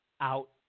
out